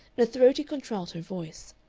and a throaty contralto voice.